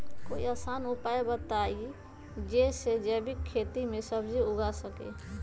कोई आसान उपाय बताइ जे से जैविक खेती में सब्जी उगा सकीं?